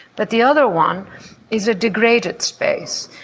but the other one is a degraded space.